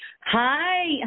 Hi